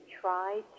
try